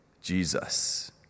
Jesus